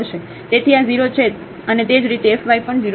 તેથી આ 0 છે અને તે જ રીતે f y પણ 0 રહેશે